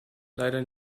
leider